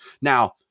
Now